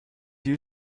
you